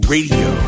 Radio